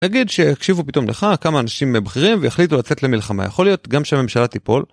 אגיד שיקשיבו פתאום לך כמה אנשים בכירים ויחליטו לצאת למלחמה, יכול להיות גם שהממשלה תיפול?